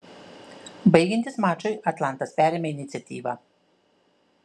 baigiantis mačui atlantas perėmė iniciatyvą